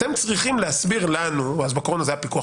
אתם צריכים להסביר לנו בקורונה היה פיקוח